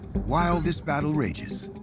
while this battle rages,